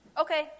okay